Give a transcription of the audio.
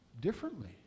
differently